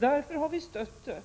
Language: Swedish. Vi har därför stött detta,